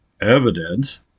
evidence